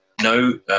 No